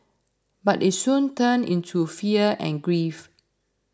but it soon turned into fear and grief